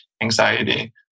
anxiety